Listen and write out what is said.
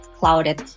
clouded